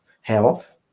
health